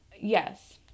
yes